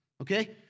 Okay